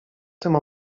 tym